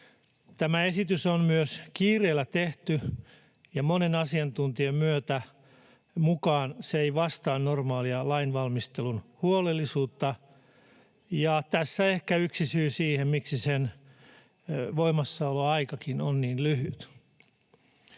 Tämä esitys on myös kiireellä tehty, ja monen asiantuntijan mukaan se ei vastaa normaalia lainvalmistelun huolellisuutta, ja tässä ehkä on yksi syy siihen, miksi sen voimassaoloaikakin on niin lyhyt.